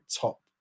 top